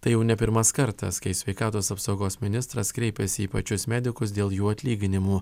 tai jau ne pirmas kartas kai sveikatos apsaugos ministras kreipėsi į pačius medikus dėl jų atlyginimų